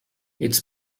its